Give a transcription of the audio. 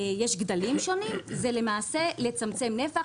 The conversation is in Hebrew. יש גדלים שונים, זה לצמצם נפתח.